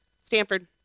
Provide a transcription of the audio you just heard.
Stanford